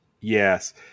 yes